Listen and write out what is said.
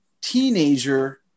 teenager